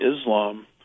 Islam